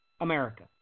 America